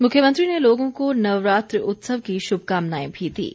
मुख्यमंत्री ने लोगों को नवरात्र उत्सव की श्भकामनाएं भी दीं